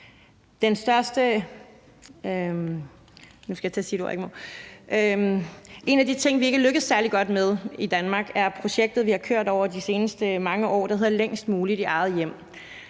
En af de ting, vi ikke er lykkedes særlig godt med i Danmark, er det projekt, vi har kørt over de seneste mange år, der hedder »længst muligt i eget hjem«.